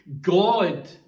God